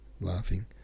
laughing